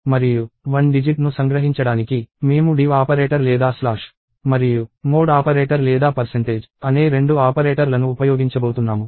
మరియు one digit ను సంగ్రహించడానికి మేము div ఆపరేటర్ లేదా స్లాష్ మరియు మోడ్ ఆపరేటర్ లేదా అనే రెండు ఆపరేటర్లను ఉపయోగించబోతున్నాము